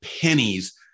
pennies